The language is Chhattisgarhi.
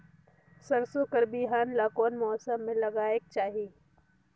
सरसो कर बिहान ला कोन मौसम मे लगायेक चाही?